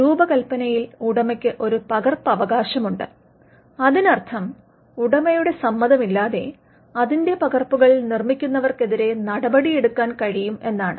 രൂപകൽപ്പനയിൽ ഉടമയ്ക്ക് ഒരു പകർപ്പവകാശമുണ്ട് അതിനർത്ഥം ഉടമയുടെ സമ്മതമില്ലാതെ അതിന്റെ പകർപ്പുകൾ നിർമ്മിക്കുന്നവർക്കെതിരെ നടപടിയെടുക്കാൻ കഴിയും എന്നാണ്